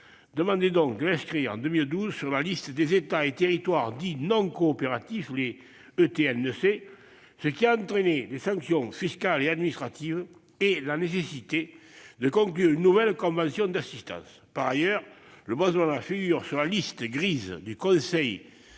demandait donc de l'inscrire en 2012 sur la liste des États et territoires dits non coopératifs, les ETNC, ce qui a entraîné des sanctions fiscales et administratives et la nécessité de conclure une nouvelle convention d'assistance. Par ailleurs, le Botswana figure sur la « liste grise » du Conseil